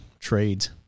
trades